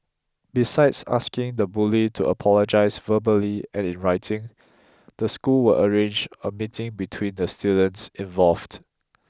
besides asking the bully to apologise verbally and in writing the school will arrange a meeting between the students involved